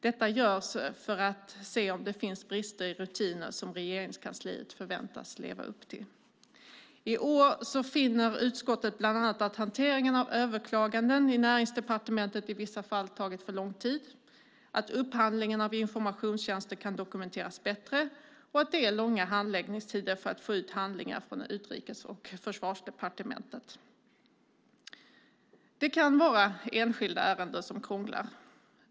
Detta görs för att se om det finns brister i rutiner som Regeringskansliet förväntas leva upp till. I år finner utskottet bland annat att hanteringen av överklaganden i Näringsdepartementet i vissa fall har tagit för lång tid, att upphandlingen av informationstjänster kan dokumenteras bättre och att det är långa handläggningstider för att få ut handlingar från Utrikesdepartementet och Försvarsdepartementet. Det kan vara enskilda ärenden som krånglar.